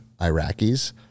Iraqis